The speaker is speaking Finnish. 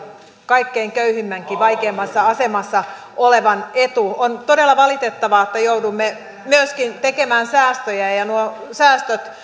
kaikkein köyhimmänkin vaikeimmassa asemassa olevan etu on todella valitettavaa että joudumme myöskin tekemään säästöjä ja nuo säästöt